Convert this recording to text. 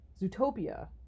Zootopia